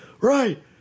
Right